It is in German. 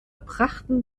brachten